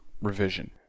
Revision